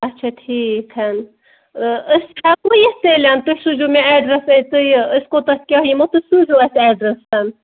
اَچھا ٹھیٖک أسۍ ہٮ۪کوٕ یَتھ تیٚلہِ تُہۍ سوٗزیو مےٚ ایٚڈرَس تہٕ یہِ أسۍ کوٚتَتھ کیٛاہ یِمو تُہۍ سوٗزیو اَسہِ ایٚڈرَس